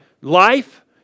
life